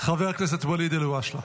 חבר הכנסת ואליד אלהואשלה.